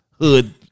hood